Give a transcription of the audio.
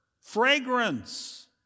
fragrance